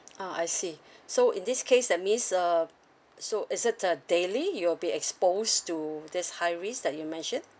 ah I see so in this case that means uh so is it uh daily you will be exposed to this high risk that you mentioned